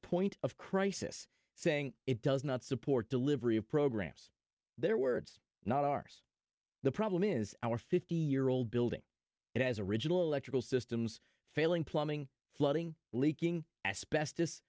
point of crisis saying it does not support delivery of programs their words not ours the problem is our fifty year old building it has original electrical systems failing plumbing flooding leaking asbestos